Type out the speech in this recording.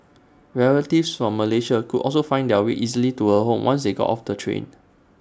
relatives from Malaysia could also find their way easily to her home once they got off the train